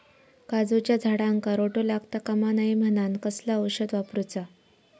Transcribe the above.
काजूच्या झाडांका रोटो लागता कमा नये म्हनान कसला औषध वापरूचा?